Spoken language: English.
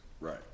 Right